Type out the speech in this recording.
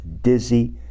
dizzy